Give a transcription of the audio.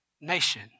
nation